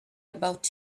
about